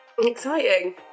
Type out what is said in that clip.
exciting